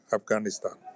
Afghanistan